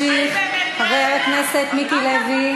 למה אתם עולים להר-הבית?